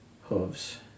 hooves